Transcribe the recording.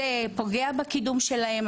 פוגעת בקידום שלהם.